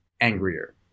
angrier